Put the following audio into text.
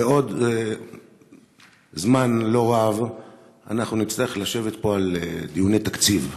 בעוד זמן לא רב נצטרך לשבת פה בדיוני תקציב,